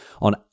on